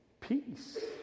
peace